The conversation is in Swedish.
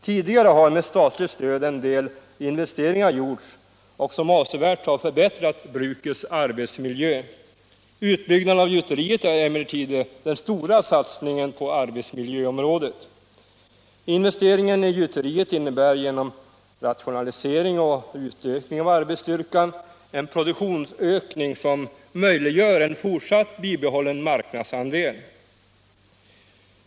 Tidigare har en del investeringar gjorts med statligt stöd, vilket avsevärt har förbättrat brukets arbetsmiljö. Utbyggnaden av gjuteriet är emellertid den stora satsningen på arbetsmiljöområdet. Investeringen i gjuteriet innebär genom rationalisering och utökning av arbetsstyrkan en produktionsökning som möjliggör en bibehållen marknadsandel.